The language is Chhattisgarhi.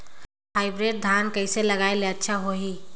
हाईब्रिड धान कइसे लगाय ले अच्छा होही?